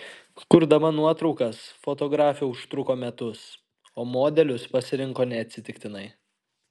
kurdama nuotraukas fotografė užtruko metus o modelius pasirinko neatsitiktinai